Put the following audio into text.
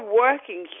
working